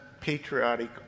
patriotic